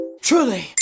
truly